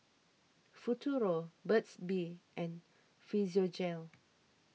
Futuro Burt's Bee and Physiogel